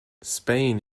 spain